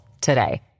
today